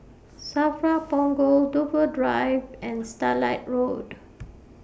SAFRA Punggol Dover Drive and Starlight Road